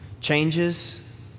changes